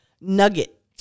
nugget